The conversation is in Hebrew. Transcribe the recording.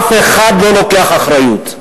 אף אחד לא לוקח אחריות.